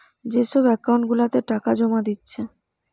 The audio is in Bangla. যে সব একাউন্ট গুলাতে টাকা জোমা দিচ্ছে